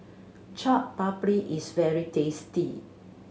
Chaat Papri is very tasty